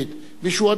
מישהו עוד ביקש?